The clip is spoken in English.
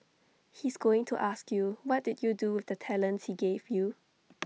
he's going to ask you what did you do with the talents he gave you